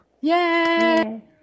Yay